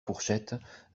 fourchettes